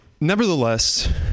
Nevertheless